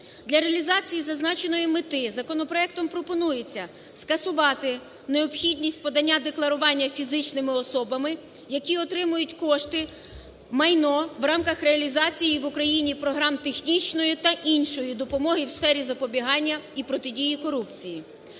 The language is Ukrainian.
Для реалізації зазначеної мети законопроектом пропонується скасувати необхідність подання декларування фізичними особами, які отримують кошти, майно в рамках реалізації в Україні програм технічної та іншої допомоги у сфері запобігання і протидії корупції.